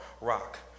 rock